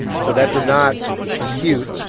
so that did not compute.